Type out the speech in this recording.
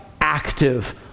active